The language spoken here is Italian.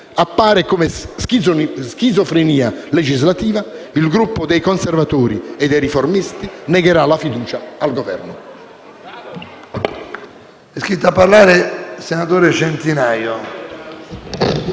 appare come schizofrenia legislativa, il Gruppo dei Conservatori e Riformisti negherà la fiducia al Governo.